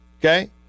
Okay